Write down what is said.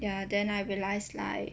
ya then I realise like